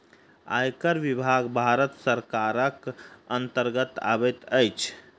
आयकर विभाग भारत सरकारक अन्तर्गत अबैत अछि